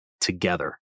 together